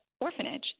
orphanage